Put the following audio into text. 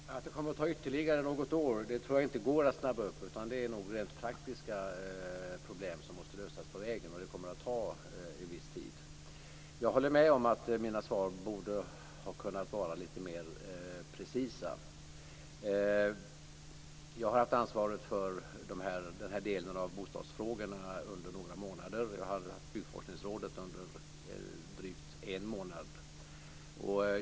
Herr talman! Det kommer att ta ytterligare något år. Det går inte att snabba upp det hela. Det är rent praktiska problem som måste lösas på vägen. Det kommer att ta en viss tid. Jag håller med om att mina svar borde ha varit lite mer precisa. Jag har haft ansvaret för den delen av bostadsfrågorna under några månader. Jag har haft ansvaret för Byggforskningsrådet under drygt en månad.